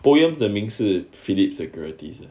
POEMS 的名是 phillips securities ah